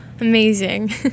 Amazing